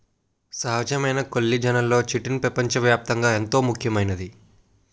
సహజమైన కొల్లిజన్లలో చిటిన్ పెపంచ వ్యాప్తంగా ఎంతో ముఖ్యమైంది